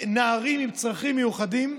נערים עם צרכים מיוחדים,